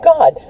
God